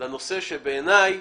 לנושא שבעיניי